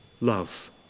love